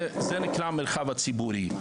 זה נקרא המרחב הציבורי.